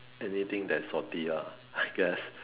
anything that's salty ah I guess